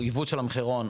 או היוון של המחירון,